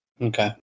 Okay